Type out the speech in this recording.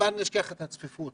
בל נשכח את הצפיפות